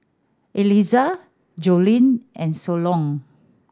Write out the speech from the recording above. Elyssa Joline and Solon